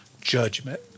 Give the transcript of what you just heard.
judgment